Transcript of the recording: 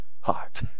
heart